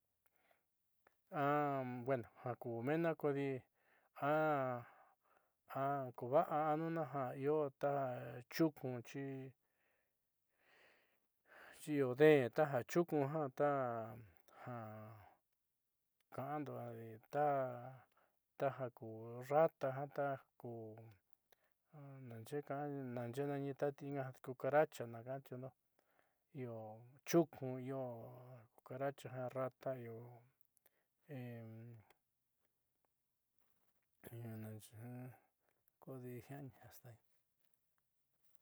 Bueno jaku meena kodi akuuva'a anuna ja io ta chu'unku xi xiio deen taja chu'unku taja ka'ando adi taja ku rata taku nanxe'e nani tati inga cucaracha naaka'atiundo io chu'unku io cucaracha rata kodi jiaani.